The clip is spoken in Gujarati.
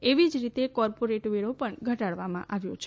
એવી જ રીતે કોર્પોરેટ વેરો પણ ઘટાડવામાં આવ્યો છે